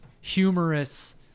humorous